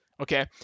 okay